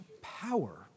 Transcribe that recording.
power